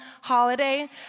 holiday